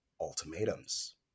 ultimatums